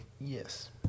yes